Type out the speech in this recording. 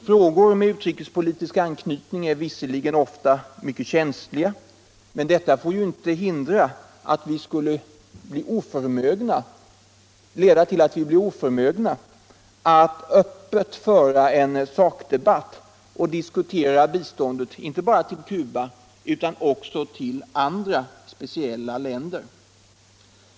Frågor med utrikespolitisk anknytning är ofta känsliga, men detta får inte leda till att vi blir oförmögna att öppet föra en sakdebatut och diskutera biståndet, inte bara till Cuba utan också ull andra länder.